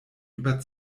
über